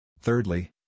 Thirdly